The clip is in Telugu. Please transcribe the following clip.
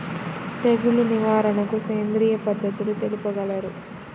తెగులు నివారణకు సేంద్రియ పద్ధతులు తెలుపగలరు?